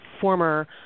former